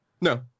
No